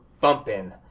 bumping